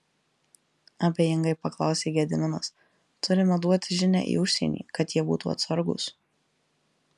abejingai paklausė gediminas turime duoti žinią į užsienį kad jie būtų atsargūs